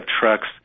trucks